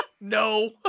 No